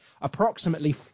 Approximately